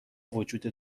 وجود